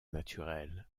naturelle